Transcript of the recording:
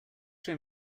show